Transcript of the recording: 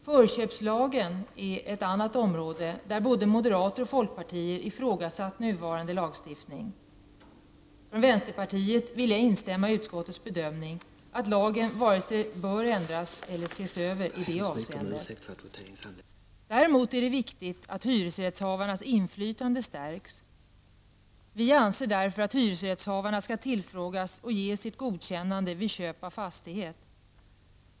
För det andra är förköpslagen ett område, där både moderater och folkpartiet ifrågasatt nuvarande lagstiftning. Vänsterpartiet instämmer i utskottets bedömning att lagen varken bör ändras eller ses över i det avseendet. Däremot är det viktigt att hyresrättshavarnas inflytande stärks. Vi anser därför att hyresrättshavarna skall tillfrågas och ge sitt godkännande vid köp av fastighet.